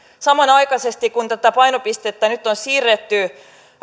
samanaikaisesti kun tätä painopistettä nyt on siirretty